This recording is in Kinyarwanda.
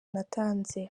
natanze